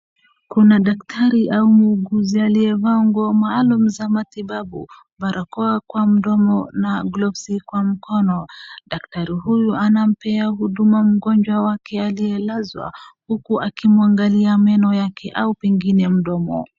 Kuna daktari au muuguzi aliyevaa nguo maalum za matibabu. Barakoa kwa mdomo na glovsi kwa mkono. Daktari huyu anampea huduma mgonjwa wake aliyelazwa, huku akimwangalia meno yake au pengine mdomo.